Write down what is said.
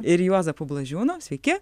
ir juozapu blažiūnu sveiki